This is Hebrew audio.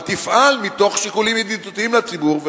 אבל תפעל מתוך שיקולים ידידותיים לציבור,